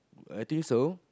I think so